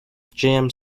jam